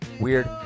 Weird